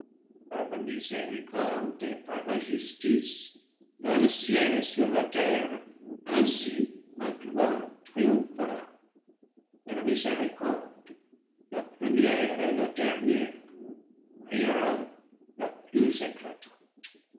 par la miséricorde et par la justice dans le ciel et sur la terre ainsi ma gloire triomphera mais la miséricorde la première et la dernière brillera la plus éclatante